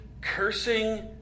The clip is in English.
cursing